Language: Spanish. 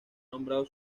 nombrado